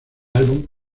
álbum